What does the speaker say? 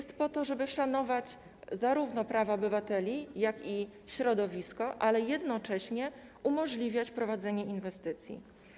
Są po to, żeby szanować zarówno prawa obywateli, jak i środowisko, ale jednocześnie umożliwiać prowadzenie inwestycji.